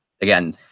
again